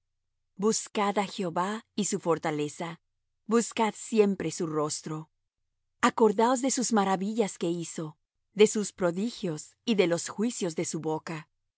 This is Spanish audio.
á jehová y su fortaleza buscad siempre su rostro acordaos de sus maravillas que hizo de sus prodigios y de los juicios de su boca